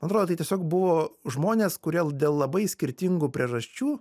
man atrodo tai tiesiog buvo žmonės kurie dėl labai skirtingų priežasčių